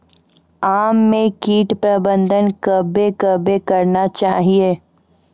आम मे कीट प्रबंधन कबे कबे करना चाहिए?